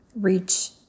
reach